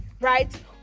right